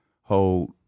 hold